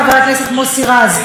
חבר הכנסת מוסי רז,